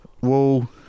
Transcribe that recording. Wall